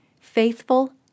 faithful